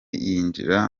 yinjira